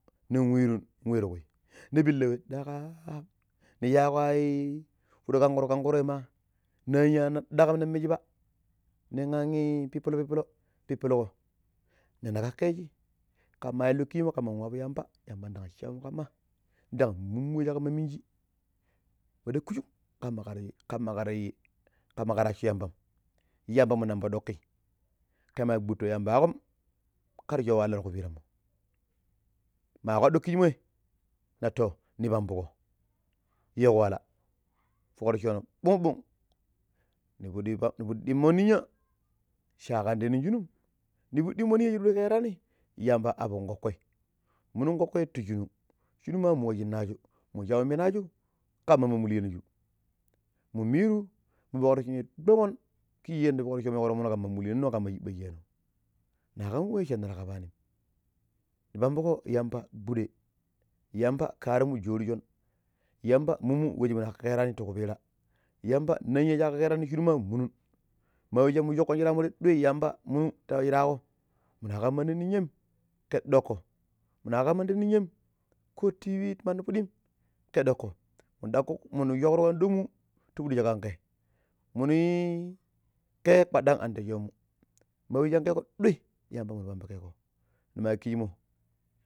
Nin wirun wai ti kui ni pila wai dagam ni shago ya fudi kanro kangroi ma nanyanan dagam nin mijiba nin anii pipilo pipilo pipilgo ne ni kakeji kama illo kichimom kaman wabu yambam yamban dan show mu kamma dan mumu wai shi kanma minji ma dakujukum kamma kari kammakari kamakariashu yambam yambamu mu nomba ɗuki kema guto yambago kar show wahalla ti ku piran mo ma kwado kichimoi na too ni pambugo yigo walla. Fokrooco no ɓung ɓung nipidi ban nipidi dimo ninya shakan de nin shunum ni tipid dimo ninya shir kerani yamba abbun kokoi munun kokoi ti shunu shunu ma mo wa shinna shu mo shau minaju kamma ma mullian ju mum miru mun fukroconim tomon kiji yada fukroocomu yi ƙo tomon kama muliyano kamma shibano na kam wai shinar kabanim ni pambugo yamba gudai yamba karimu jori shunn yamba mumu wa shi mu na ka kera ni ti ku pira yamba ninya sha ka kerani shunuma munun ma wai shimuno shokkon shiramu dua yamba minun ta shirago mina kam mandi ninyam ke dokko mina kam mandi ninyam ko tibi ti mandi pidim. ke dokko mun doko munu shaurugo andonmu ti pidiju kan ge muni kee kwadan kan di shau mu ma wa shinga yigo duai yamba munu pambugego nima kijimo